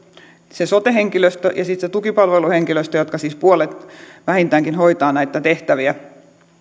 se sote henkilöstö ja sitten se tukipalveluhenkilöstö joista siis vähintäänkin puolet hoitaa näitä tehtäviä